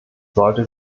sollte